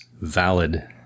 valid